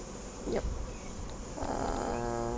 ya err